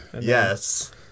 Yes